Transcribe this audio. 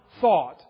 thought